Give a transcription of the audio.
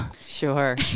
Sure